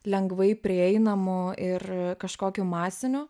lengvai prieinamu ir kažkokiu masiniu